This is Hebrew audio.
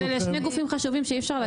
אבל זה שני גופים חשובים שאי-אפשר להקל באחד.